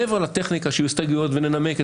מעבר לטכניקה שיהיו הסתייגויות וננמק.